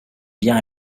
bien